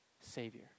Savior